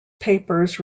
papers